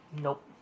nope